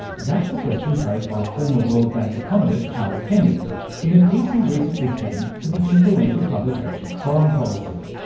that's the question posed by former world bank economist charles kenny in a piece he recently penned for the influential publication foreign policy.